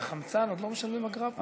על החמצן עוד לא משלמים אגרה פה?